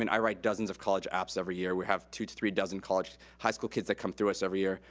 i mean i write dozens of college apps every year. we have two to three dozen college, high school kids that come through us every year.